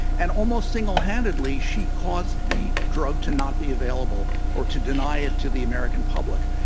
and almost singlehandedly, she caused the drug to not be available or to deny it to the american public.